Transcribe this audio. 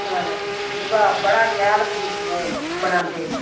दूआ बड़ा शैल बनांदे